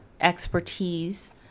expertise